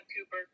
Cooper